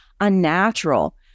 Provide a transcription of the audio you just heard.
unnatural